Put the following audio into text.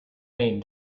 rain